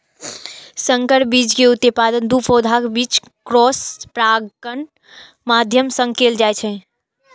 संकर बीज के उत्पादन दू पौधाक बीच क्रॉस परागणक माध्यम सं कैल जाइ छै